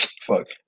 fuck